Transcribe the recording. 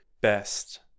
best